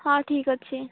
ହଁ ଠିକ୍ ଅଛି